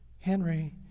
Henry